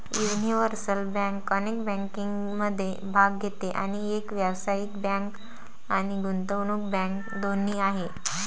universal bank अनेक बँकिंगमध्ये भाग घेते आणि एक व्यावसायिक बँक आणि गुंतवणूक बँक दोन्ही आहे